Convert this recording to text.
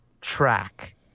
track